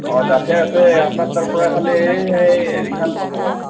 অ আছে আছে আপোনাৰ তাৰ পৰা খালি এই হেৰিখন ল'ব